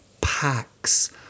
packs